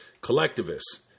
Collectivists